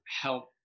help